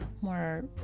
more